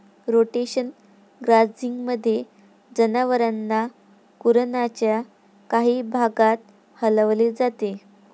rotational ग्राझिंगमध्ये, जनावरांना कुरणाच्या काही भागात हलवले जाते